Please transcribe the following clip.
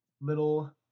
little